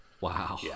Wow